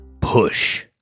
push